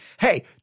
hey